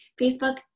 Facebook